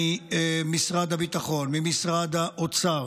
ממשרד הביטחון, ממשרד האוצר,